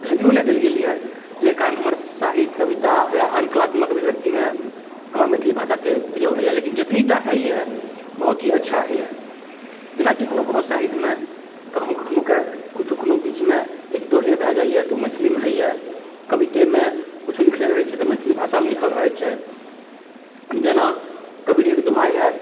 वैल्यूवो नहि देल गेल यऽ जाहि कारण हमर साहित्य कविता या अन्य कलात्मक अभिव्यक्तिमे हमर मैथिली भाषाके प्रयोग हय यऽ लेकिन जतनी टा हय यऽ बहुत ही अच्छा हय यऽ जेनाकि कोनो कोनो साहित्यमे कखनो कखनो कऽ कुछो कुनो बीचमे एक दोहे भए जाइए तऽ ओ मैथिलीमे होइए कवितेमे कुछो लिखले रहै छै तऽ ओ मैथिली भाषामे लिखल रहै छै जेना कबीरेके दोहा यऽ